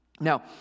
Now